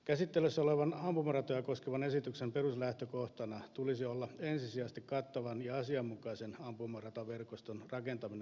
käsittelyssä olevan ampumaratoja koskevan esityksen peruslähtökohtana tulisi olla ensisijaisesti kattavan ja asianmukaisen ampumarataverkoston rakentaminen maahamme